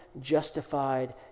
justified